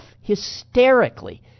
hysterically